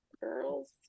girls